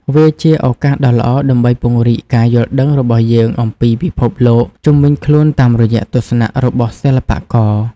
វាជាឱកាសដ៏ល្អដើម្បីពង្រីកការយល់ដឹងរបស់យើងអំពីពិភពលោកជុំវិញខ្លួនតាមរយៈទស្សនៈរបស់សិល្បករ។